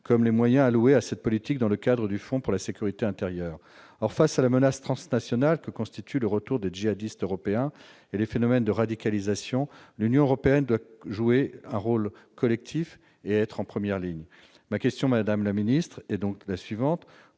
comme les moyens alloués à cette politique dans le cadre du Fonds pour la sécurité intérieure. Or, face à la menace transnationale que constituent le retour des djihadistes européens et les phénomènes de radicalisation, l'Union européenne doit jouer collectif et être en première ligne. Ma question, madame la garde des sceaux, est la suivante